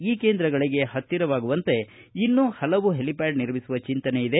ಈ ಕೇಂದ್ರಗಳಿಗೆ ಪತ್ತಿರವಾಗುವಂತೆ ಇನ್ನೂ ಪಲವು ಹೆಲಿಪ್ಕಾಡ್ ನಿರ್ಮಿಸುವ ಚಿಂತನೆಯಿದೆ